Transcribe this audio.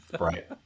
right